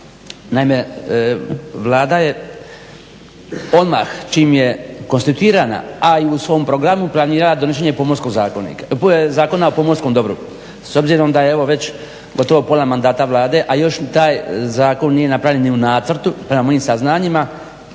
spomenuli Vlada je odmah čim je konstituirana, a i u svom programu, planirala donošenje Zakona o pomorskom dobru. S obzirom da je evo već gotovo pola mandata Vlade, a još ni taj zakon nije napravljen ni u nacrtu prema mojim saznanjima